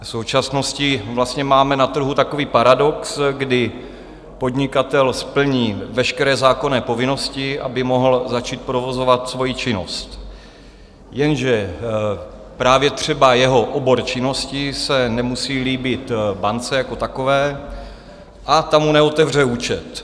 V současnosti vlastně máme na trhu takový paradox, kdy podnikatel splní veškeré zákonné povinnosti, aby mohl začít provozovat svoji činnost, jenže právě třeba jeho obor činnosti se nemusí líbit bance jako takové a ta mu neotevře účet.